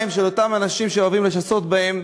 של אותם אנשים שאוהבים לשסות בהם,